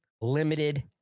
Limited